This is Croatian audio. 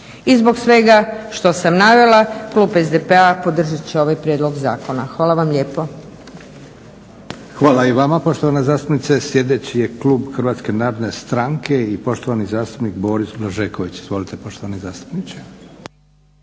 I zbog svega što sam navela klub SDP-a podržat će ovaj prijedlog zakona. Hvala vam lijepo. **Leko, Josip (SDP)** Hvala i vama poštovana zastupnice. Sljedeći je klub Hrvatske narodne stranke i poštovani zastupnik Boris Blažeković. Izvolite poštovani zastupniče.